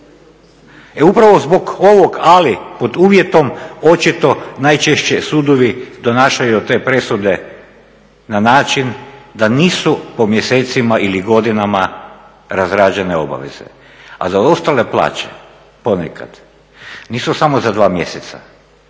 E upravo zbog ovog ali pod uvjetom očito najčešće sudovi donašaju te presude na način da nisu po mjesecima ili godinama razrađene obaveze. A zaostale plaće ponekad nisu samo za dva mjeseca